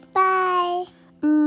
bye